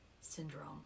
syndrome